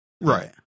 Right